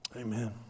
Amen